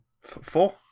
Four